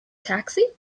taxi